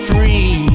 Free